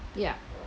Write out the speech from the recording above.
yup